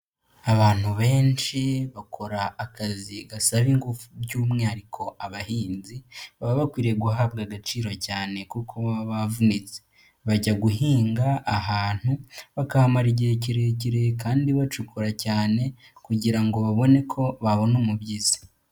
Abantu benshi bakora akazi gasaba ingufu by'umwihariko abahinzi baba bakwiriye guhabwa agaciro cyane kuko baba bavunitse, bajya guhinga ahantu bakahamara igihe kirekire kandi bacukura cyane, kugira ngo babone ko babona umubyizi.